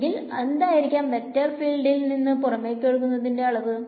എങ്കിൽ എന്തായിരിക്കാം വെക്ടർ ഫീൽഡ്ഇൽ നിന്ന് പുറമേക്കൊഴുകുന്നത്തിന്റെ അളവ്